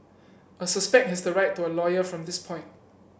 a suspect has the right to a lawyer from this point